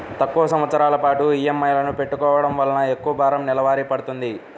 తక్కువ సంవత్సరాల పాటు ఈఎంఐలను పెట్టుకోవడం వలన ఎక్కువ భారం నెలవారీ పడ్తుంది